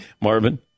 Marvin